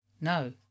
No